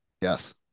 Yes